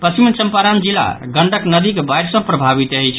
पश्चिम चंपारण जिला गंडक नदीक बाढ़ि सँ प्रभावित अछि